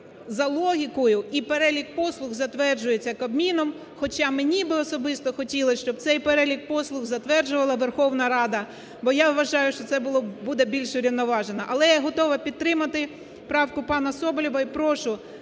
за логікою, і перелік послуг затверджується Кабміном, хоча мені би особисто хотілось, щоб цей перелік послуг затверджувала Верховна Рада, бо я вважаю, що це буде більш врівноважено. Але я готова підтримати правку пана Соболєва, і прошу